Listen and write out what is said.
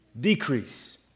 decrease